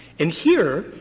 and here,